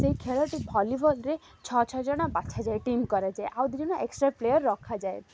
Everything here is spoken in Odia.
ସେ ଖେଳଟି ଭଲିବଲ୍ରେ ଛଅ ଛଅ ଜଣ ବଛାଯାଏ ଟିମ୍ କରାଯାଏ ଆଉ ଦିିନ ଏକ୍ସଟ୍ରା ପ୍ଲେୟର୍ ରଖାଯାଏ